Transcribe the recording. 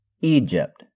Egypt